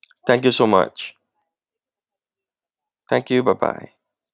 thank you so much thank you bye bye